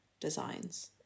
designs